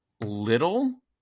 Little